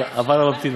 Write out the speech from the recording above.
עבר לממתינה.